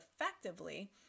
effectively